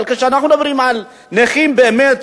אבל כשאנחנו מדברים על נכים באמת,